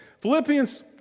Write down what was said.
Philippians